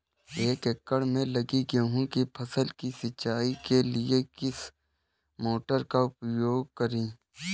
एक एकड़ में लगी गेहूँ की फसल की सिंचाई के लिए किस मोटर का उपयोग करें?